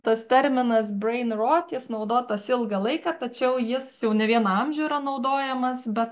tas terminas brain rot jis naudotas ilgą laiką tačiau jis jau ne vieną amžių yra naudojamas bet